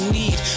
need